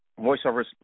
voiceovers